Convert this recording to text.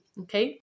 Okay